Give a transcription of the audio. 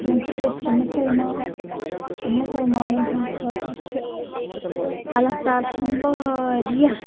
چوٗنٛکہِ أسۍ چھِ مُسلمان تہٕ مُسلمانَن ہٕنٛدۍ خٲطرٕ چھِ اللہ تعالیٰ ہَن واریاہ